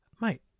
Mate